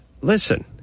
Listen